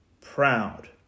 proud